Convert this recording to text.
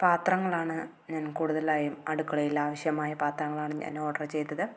പാത്രങ്ങളാണ് ഞാൻ കൂടുതലായും അടുക്കളയിൽ ആവശ്യമായ പാത്രങ്ങളാണ് ഞാൻ ഓർഡർ ചെയ്തത്